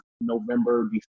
november